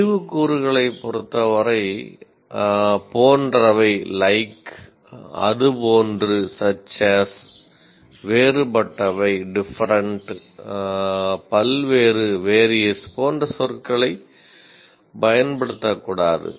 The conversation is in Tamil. அறிவு கூறுகளைப் பொறுத்தவரை 'போன்றவை' போன்ற சொற்களைப் பயன்படுத்தக்கூடாது